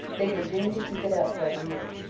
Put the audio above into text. they were doomed to keep it up for a year.